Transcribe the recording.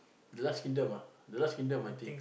the last kingdom ah the last kingdom I think